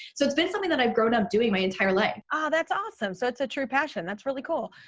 so it's been something that i've grown up doing my entire life. ah, that's awesome! so it's a true passion, that's really cool.